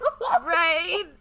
Right